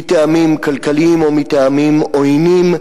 מטעמים כלכליים או מטעמים עוינים,